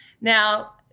Now